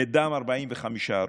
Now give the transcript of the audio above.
בדם 45 הרוגים.